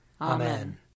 Amen